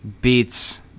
beats –